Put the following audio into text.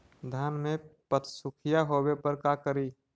धान मे पत्सुखीया होबे पर का करि?